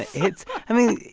it's i mean,